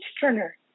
turner